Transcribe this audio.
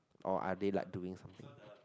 or are they like doing something